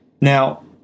Now